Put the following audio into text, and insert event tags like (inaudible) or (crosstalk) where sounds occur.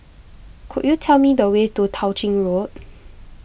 could you tell me the way to Tao Ching Road (noise)